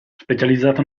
specializzato